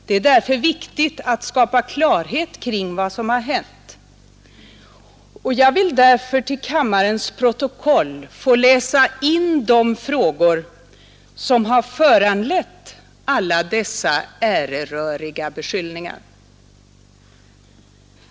Det är därför viktigt att skapa klarhet kring vad som har hänt, och jag vill till kammarens protokoll få läsa in de frågor som föranlett alla dessa äreröriga beskyllningar.